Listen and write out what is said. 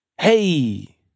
Hey